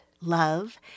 love